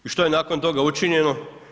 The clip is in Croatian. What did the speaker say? I što je nakon toga učinjeno?